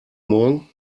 morgen